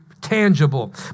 tangible